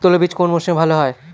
তৈলবীজ কোন মরশুমে ভাল হয়?